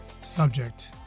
subject